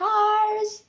Cars